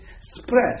spread